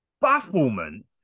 bafflement